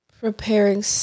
preparing